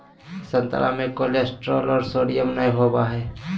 संतरा मे कोलेस्ट्रॉल और सोडियम नय होबय हइ